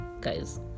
guys